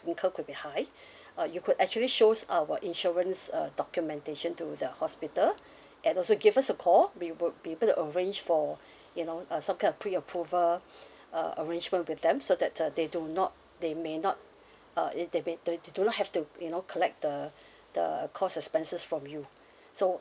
would occur could be high uh you could actually shows our insurance uh documentation to the hospital and also give us a call we would be able to arrange for you know uh some kind of pre approval uh arrangement with them so that uh they do not they may not uh it they may don't need to do lah have to you know collect the the cost expenses from you so